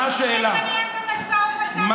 אדוני היושב-ראש, זה,